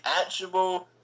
actual